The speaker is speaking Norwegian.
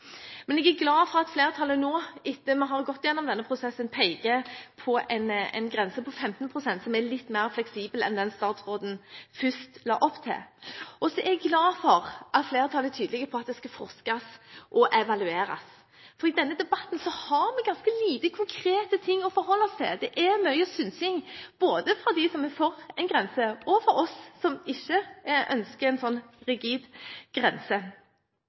Men jeg er glad for at flertallet nå, etter at vi har gått gjennom denne prosessen, peker på en grense på 15 pst. som er litt mer fleksibel enn den statsråden først la opp til. Og så er jeg glad for at flertallet er tydelig på at det skal forskes og evalueres, for i denne debatten har vi ganske lite konkret å forholde oss til. Det er mye synsing både fra de som er for en grense, og fra oss som ikke ønsker en sånn rigid grense.